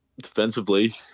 defensively